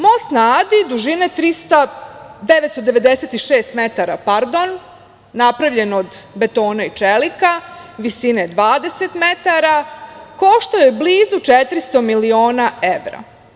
Most na Adi dužine 996 metara, napravljen od betona i čelika, visine 20 metara, koštao je blizu 400 miliona evra.